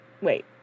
wait